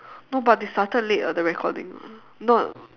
no but they started late [what] the recording ah not